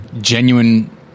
genuine